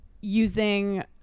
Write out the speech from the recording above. using